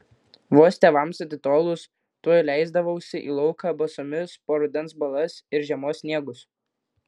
vos tėvams atitolus tuoj leisdavausi į lauką basomis po rudens balas ir žiemos sniegus